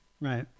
Right